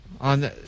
on